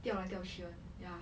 调来调去: diao lai diao qu [one] ya